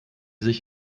sich